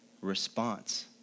response